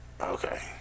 Okay